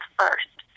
first